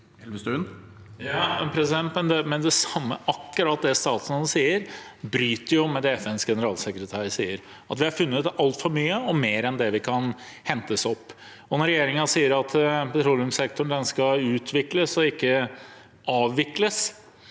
Men akkurat det statsråden sier, bryter jo med det FNs generalsekretær sier: at vi har funnet altfor mye, og mer enn det vi kan hente opp. Når regjeringen sier at petroleumssektoren skal utvikles, ikke avvikles,